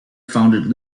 founded